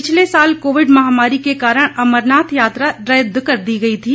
पिछले साल कोविड महामारी के कारण अमरनाथ यात्रा रद्द कर दी गई थी